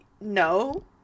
no